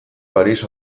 paris